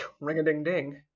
Ring-a-ding-ding